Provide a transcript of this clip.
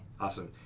Awesome